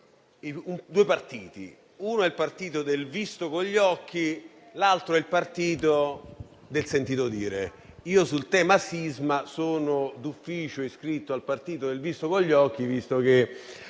due partiti: uno è il partito del visto con gli occhi, l'altro è il partito del sentito dire. Io sul tema sisma sono d'ufficio iscritto al partito del visto con gli occhi, visto che